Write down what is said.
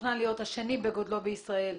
שמתוכנן להיות השני בגודלו בישראל,